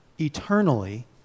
eternally